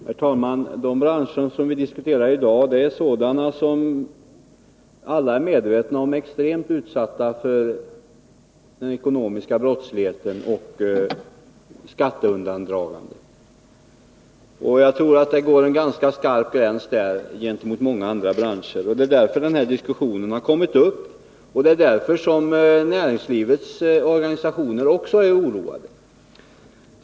Herr talman! När det gäller de branscher som vi diskuterar i dag är alla medvetna om att ekonomisk brottslighet och skatteundandragande är extremt vanliga. Jag tror att det går en ganska skarp gräns mellan dessa branscher och många andra. Det är därför som denna diskussion har kommit upp och som också näringslivets organisationer är oroade.